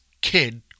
kid